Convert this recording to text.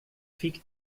fick